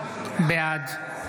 בעד יסמין פרידמן,